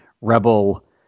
rebel